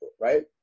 right